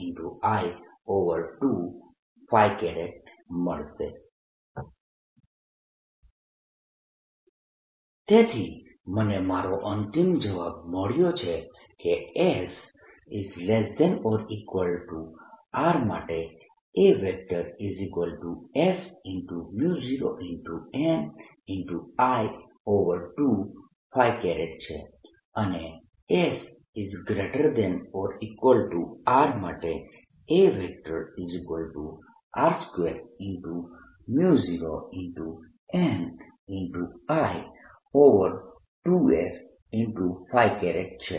2πsπs2Bπs20nI As0nI2s≤R તેથી મને મારો અંતિમ જવાબ મળ્યો છે કે sR માટે As0nI2 છે અને sR માટે AR20nI2s છે